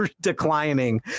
declining